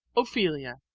ophelia,